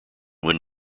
when